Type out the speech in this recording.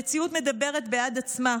המציאות מדברת בעד עצמה,